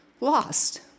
lost